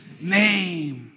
name